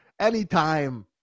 anytime